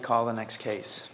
call the next case